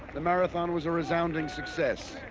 the marathon was a resounding success.